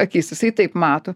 akys jisai taip mato